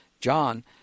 John